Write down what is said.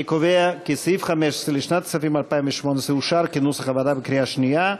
אני קובע כי סעיף 15 לשנת הכספים 2018 אושר כנוסח הוועדה בקריאה שנייה.